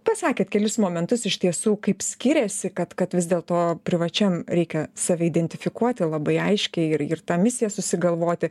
pats sakėt kelis momentus iš tiesų kaip skiriasi kad kad vis dėl to privačiam reikia save identifikuoti labai aiškiai ir ir tą misiją susigalvoti